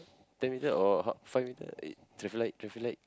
ten meter or five meter uh traffic light traffic light